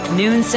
noon